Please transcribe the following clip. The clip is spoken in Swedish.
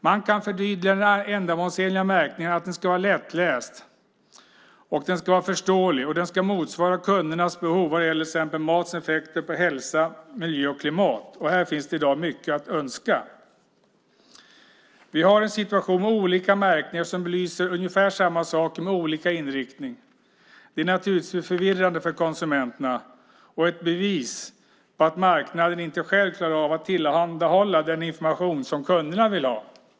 Man kan förtydliga att den ändamålsenliga märkningen ska vara lättläst, förståelig och motsvara kundernas behov vad gäller till exempel matens effekter på hälsa, miljö och klimat. Här finns det i dag mycket att önska. Vi har en situation med olika märkningar som belyser ungefär samma saker med olika inriktning. Detta är naturligtvis förvirrande för konsumenterna och ett bevis på att marknaden inte själv klarar av att tillhandahålla den information som kunderna vill ha.